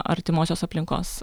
artimosios aplinkos